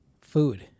Food